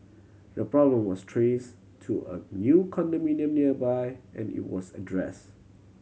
the problem was trace to a new condominium nearby and it was address